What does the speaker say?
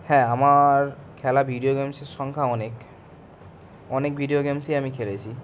হ্যাঁ আমার খেলা ভিডিও গেমসের সংখ্যা অনেক অনেক ভিডিও গেমসই আমি খেলেছি